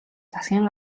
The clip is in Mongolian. засгийн